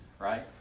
Right